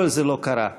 כל זה לא קרה.